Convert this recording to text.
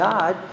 God